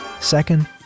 second